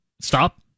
Stop